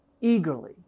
eagerly